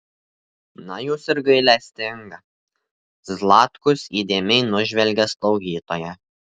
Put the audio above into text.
na jūs ir gailestinga zlatkus įdėmiai nužvelgė slaugytoją